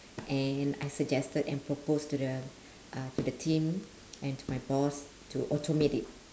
and I suggested and proposed to the uh to the team and to my boss to automate it